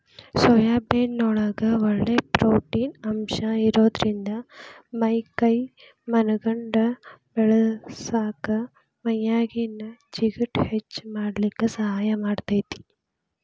soybean ನೊಳಗ ಒಳ್ಳೆ protein ಅಂಶ ಇರೋದ್ರಿಂದ ಮೈ ಕೈ ಮನಗಂಡ ಬೇಳಸಾಕ ಮೈಯಾಗಿನ ಜಿಗಟ್ ಹೆಚ್ಚಗಿ ಮಾಡ್ಲಿಕ್ಕೆ ಸಹಾಯ ಮಾಡ್ತೆತಿ